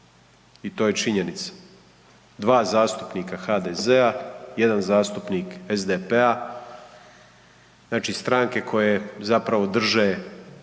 I to je činjenica. 2 zastupnika HDZ-a, 1 zastupnik SDP-a, znači stranke koje zapravo drže